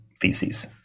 feces